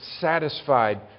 satisfied